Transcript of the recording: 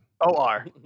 O-R